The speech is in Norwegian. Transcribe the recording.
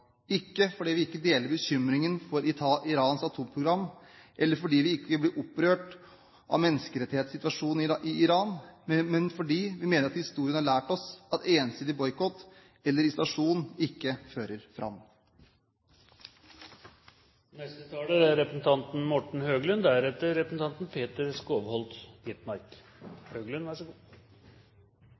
ikke fordi vi ikke deler bekymringen for Irans atomprogram, eller fordi vi ikke blir opprørt av menneskerettighetssituasjonen i Iran, men fordi vi mener at historien har lært oss at ensidig boikott eller isolasjon ikke fører fram. Som saksordføreren helt riktig var inne på, er